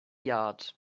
yard